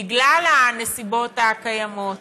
בגלל הנסיבות הקיימות,